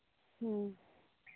ᱦᱮᱸ